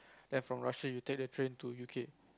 then from Russia you take the train to U_K